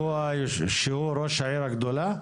שהוא ראש העיר הגדולה?